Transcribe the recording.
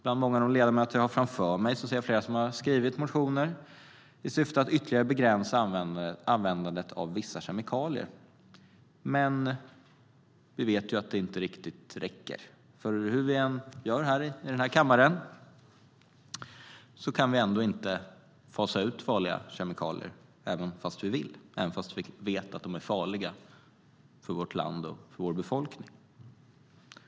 Bland de ledamöter jag har framför mig ser jag flera som har skrivit motioner i syfte att ytterligare begränsa användandet av vissa kemikalier. Men vi vet ju att det inte riktigt räcker. Hur vi än gör i den här kammaren kan vi ändå inte fasa ut farliga kemikalier, trots att vi vill och trots att vi vet att de är farliga för vårt land och vår befolkning.